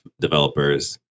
developers